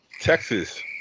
Texas